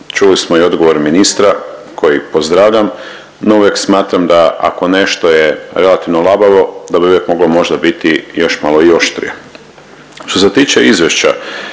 Čuli smo i odgovor ministra koji pozdravljam, no uvijek smatram da ako nešto je relativno labavo da bi uvijek moglo možda biti još malo i oštrije. Što se tiče izvješća